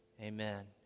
amen